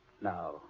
now